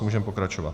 Můžeme pokračovat.